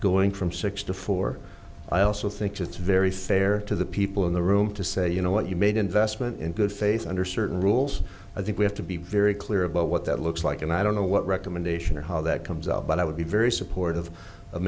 going from six to four i also think it's very say or to the people in the room to say you know what you made investment in good faith under certain rules i think we have to be very clear about what that looks like and i don't know what recommendation or how that comes out but i would be very supportive of